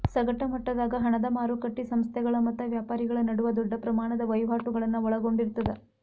ಸಗಟ ಮಟ್ಟದಾಗ ಹಣದ ಮಾರಕಟ್ಟಿ ಸಂಸ್ಥೆಗಳ ಮತ್ತ ವ್ಯಾಪಾರಿಗಳ ನಡುವ ದೊಡ್ಡ ಪ್ರಮಾಣದ ವಹಿವಾಟುಗಳನ್ನ ಒಳಗೊಂಡಿರ್ತದ